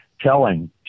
telling